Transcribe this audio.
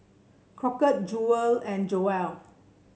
Crockett Jewel and